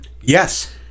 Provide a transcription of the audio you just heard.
Yes